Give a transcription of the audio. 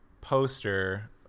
poster